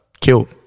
killed